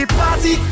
party